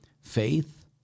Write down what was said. faith